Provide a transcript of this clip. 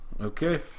Okay